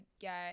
get